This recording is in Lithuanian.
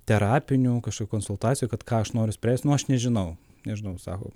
terapinių kažkokių konsultacijų kad ką aš noriu spręst nu aš nežinau nežinau sako